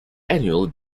annual